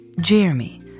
Jeremy